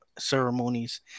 Ceremonies